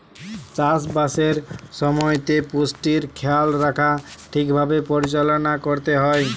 চাষ বাসের সময়তে পুষ্টির খেয়াল রাখা ঠিক ভাবে পরিচালনা করতে হয়